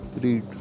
read